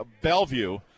Bellevue